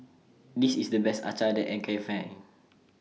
This IS The Best Acar that I Can Find